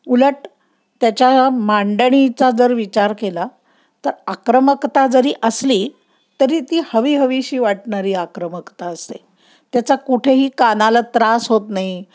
उलट त्याच्या मांडणीचा जर विचार केला तर आक्रमकता जरी असली तरी ती हवीहवीशी वाटणारी आक्रमकता असते त्याचा कुठेही कानाला त्रास होत नाही